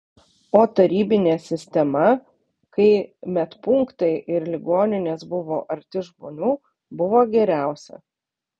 o tarybinė sistema kai medpunktai ir ligoninės buvo arti žmonių buvo geriausia